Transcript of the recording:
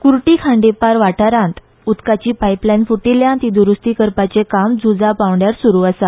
कूर्टी खांडेपार वाठारांत उदकाची पायपलायन फूटिल्ल्यान ती द्रुस्त करपार्चे काम झुजां पांवड्यार सुरू आसा